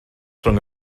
rhwng